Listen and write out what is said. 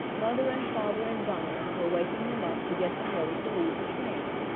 mother and father and dinah were waking them up to get them ready to leave the train.